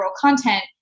content